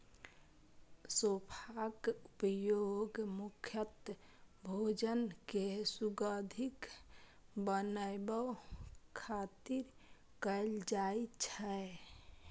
सौंफक उपयोग मुख्यतः भोजन कें सुगंधित बनाबै खातिर कैल जाइ छै